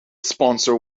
sponsor